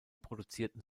produzierten